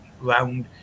round